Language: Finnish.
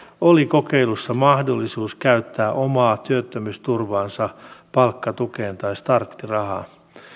oli kokeilussa mahdollisuus käyttää omaa työttömyysturvaansa palkkatukeen tai starttirahaan